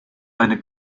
eine